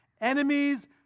Enemies